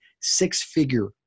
six-figure